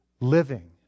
living